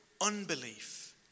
unbelief